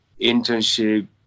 internship